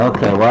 Okay